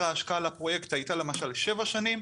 ההשקעה על הפרויקט הייתה למשל שבע שנים,